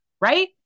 right